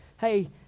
Hey